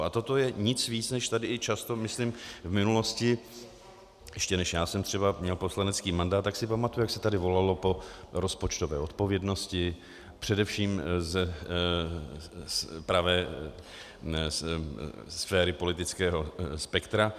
A toto je nic víc než tady i často, myslím v minulosti, ještě než já jsem třeba měl poslanecký mandát, tak si pamatuji, jak se tady volalo po rozpočtové odpovědnosti, především z pravé sféry politického spektra.